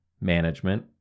management